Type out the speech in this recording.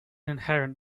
inherent